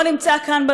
שלא נמצא כאן,